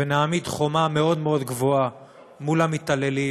ונעמיד חומה מאוד מאוד גבוהה מול המתעללים